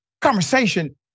conversation